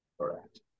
Correct